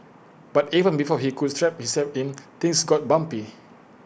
but even before he could strap himself in things got bumpy